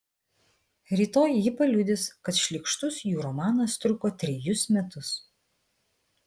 rytoj ji paliudys kad šlykštus jų romanas truko trejus metus